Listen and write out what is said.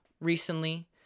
recently